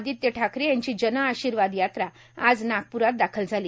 आदित्य ठाकरे यांची जनआशीर्वाद यात्रा आज नागप्रात दाखल झाली